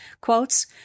Quotes